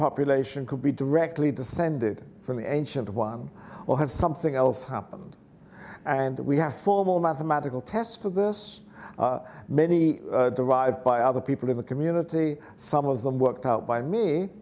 population could be directly descended from the ancient one or has something else happened and we have formal mathematical tests for this many derive by other people in the community some of them worked out by me